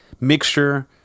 mixture